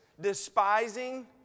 despising